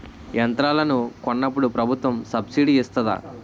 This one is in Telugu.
యంత్రాలను కొన్నప్పుడు ప్రభుత్వం సబ్ స్సిడీ ఇస్తాధా?